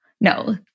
No